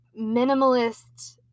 minimalist